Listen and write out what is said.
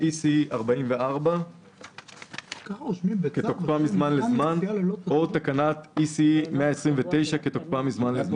E.C.E 44 כתוקפה מזמן לזמן או תקנת E.C.E 129 כתוקפה מזמן לזמן,"